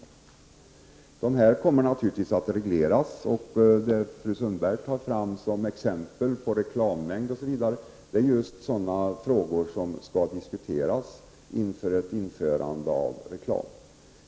Reklamsändningarna kommer naturligtvis att regleras och Ingrid Sundbergs exempel på reklamtid är just sådana frågor som skall diskuteras inför ett införande av reklam.